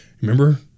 Remember